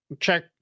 check